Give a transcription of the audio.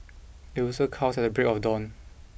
the rooster cows at the break of dawn